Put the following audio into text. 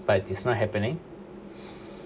but it's not happening